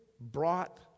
brought